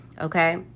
okay